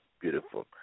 beautiful